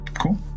Cool